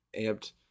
amped